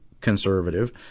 conservative